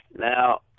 Now